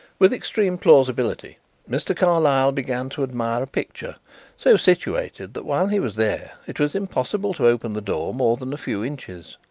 with extreme plausibility mr. carlyle began to admire a picture so situated that while he was there it was impossible to open the door more than a few inches.